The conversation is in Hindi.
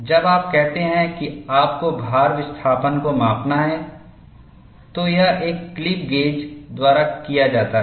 जब आप कहते हैं कि आपको भार विस्थापन को मापना है तो यह एक क्लिप गेजद्वारा किया जाता है